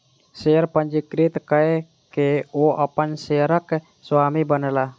share पंजीकृत कय के ओ अपन शेयरक स्वामी बनला